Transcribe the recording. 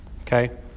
Okay